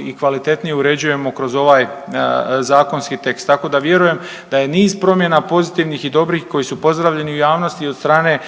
i kvalitetnije uređujemo kroz ovaj zakonski tekst. Tako da vjerujem da je niz promjena pozitivnih i dobrih koji su pozdravljeni u javnosti i od strane